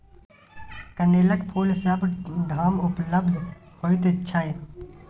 कनेलक फूल सभ ठाम उपलब्ध होइत छै